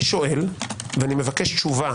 אני שואל ומבקש תשובה